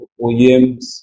OEMs